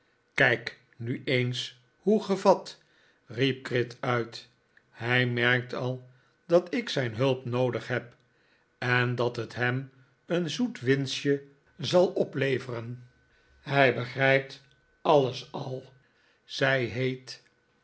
kijk nu eens hoe gevat riep gride uit hij merkt al dat ik zijn hulp noodig heb en dat het hem een zoet winstje zal opleveren hij begrijpt alles al zij heet